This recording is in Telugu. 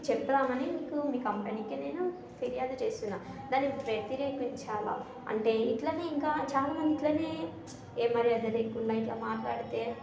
చెప్పుదామని మీకు మీ కంపెనీకి నేను ఫిర్యాదు చేస్తున్న దానిని వ్యతిరేకించాలి అంటే ఇట్లనే ఇంకా చాలామంది ఇట్లనే ఏ మర్యాద లేకుండా ఇట్ల మాట్లాడితే